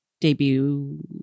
debut